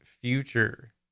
future